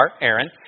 Aaron